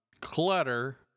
clutter